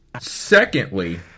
Secondly